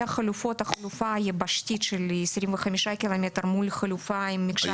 החלופה היבשתית של 25 ק"מ מול חלופה של מקשר